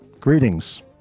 Greetings